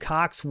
Cox